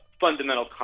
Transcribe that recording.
fundamental